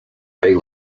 big